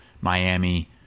Miami